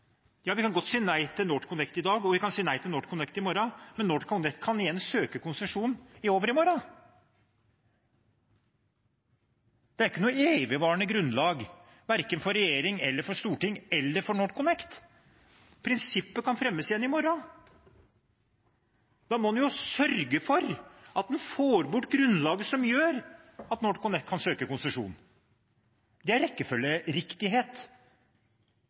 Ja, vi kan godt si nei til NorthConnect i dag, og vi kan si nei til NorthConnect i morgen, men NorthConnect kan igjen søke konsesjon i overmorgen. Det er ikke noe evigvarende grunnlag verken for regjering eller for storting eller for NorthConnect. Prinsippet kan fremmes igjen i morgen. Da må en jo sørge for at en får bort grunnlaget som gjør at NorthConnect kan søke konsesjon. Det er